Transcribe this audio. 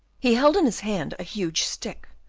he held in his hand a huge stick,